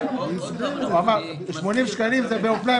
בשדה התעופה עורכים את כל הבדיקות באותו